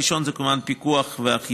הראשונה היא כמובן פיקוח ואכיפה,